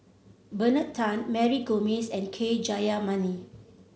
Bernard Tan Mary Gomes and K Jayamani